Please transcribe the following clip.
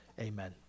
Amen